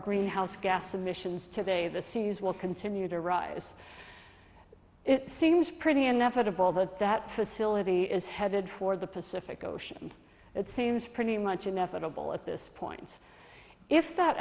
greenhouse gas emissions today the seas will continue to rise it seems pretty inevitable that that facility is headed for the pacific ocean it seems pretty much inevitable at this point if that